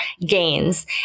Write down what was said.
gains